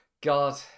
God